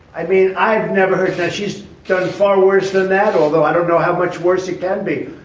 i mean i've never heard that she's done far worse than that although i don't know how much worse it can be.